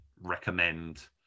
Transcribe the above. recommend